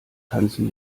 tanzen